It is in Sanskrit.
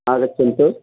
आगच्छतु